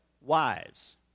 wives